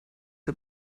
der